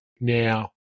now